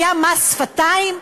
היה מס שפתיים?